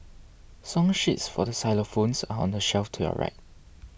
song sheets for xylophones are on the shelf to your right